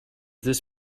this